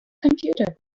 computer